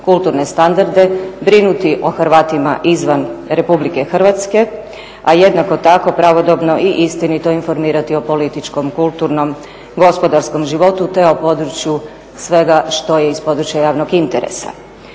kulturne standarde, brinuti o Hrvatima izvan Republike Hrvatske a jednako tako pravodobno i istinito informirati o političkom, kulturnom, gospodarskom životu te o području svega što je iz područja javnog interesa.